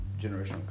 generational